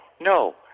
no